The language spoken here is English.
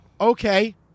Okay